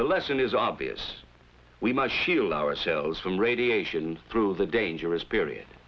the lesson is obvious we must feel ourselves from radiation through the dangerous period